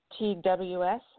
TWS